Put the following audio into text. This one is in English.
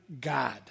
God